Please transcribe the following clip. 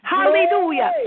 Hallelujah